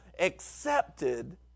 accepted